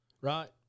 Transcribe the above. right